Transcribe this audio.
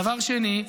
דבר שני,